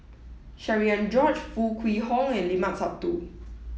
Cherian George Foo Kwee Horng and Limat Sabtu